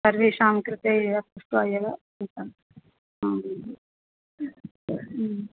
सर्वेषां कृते एव पृष्ट्वा एव हु